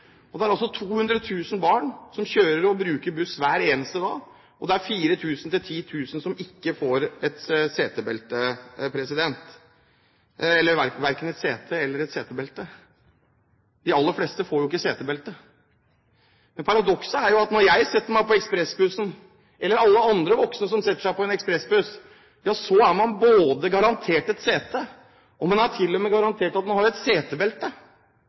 det, men mange har ikke det. Det er altså 200 000 barn som bruker buss hver eneste dag, og det er 4 000–10 000 som verken får et sete eller et setebelte. De aller fleste får ikke setebelte. Men paradokset er at jeg og alle andre voksne som setter seg på en ekspressbuss, er garantert både sete og setebelte, men barna våre sender vi rundt i de eldste bussene, uten verken setebelte